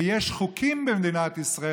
ויש חוקים במדינת ישראל.